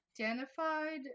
identified